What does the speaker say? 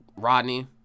rodney